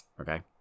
Okay